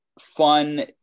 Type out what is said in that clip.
fun